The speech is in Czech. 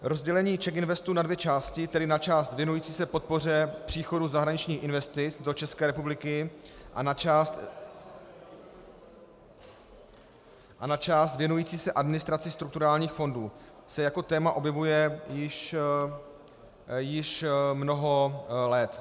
Rozdělení CzechInvestu na dvě části, tedy na část věnující se podpoře příchodu zahraničních investic do České republiky a na část věnující se administraci strukturálních fondů, se jako téma objevuje již mnoho let.